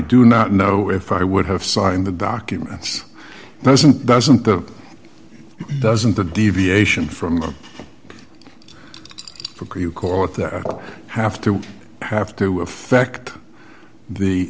do not know if i would have signed the documents doesn't doesn't that doesn't the deviation from them for you call it there have to have to fact the